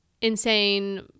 insane